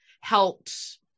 helped